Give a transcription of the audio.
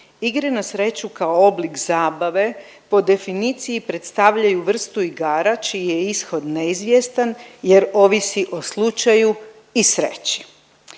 Igre na sreću kao oblik zabave po definiciji predstavljaju vrstu igara čiji je ishod neizvjestan jer ovisi o slučaju i sreći.